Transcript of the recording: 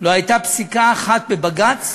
לא הייתה פסיקה אחת בבג"ץ